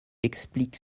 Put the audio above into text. explique